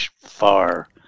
far